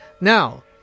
now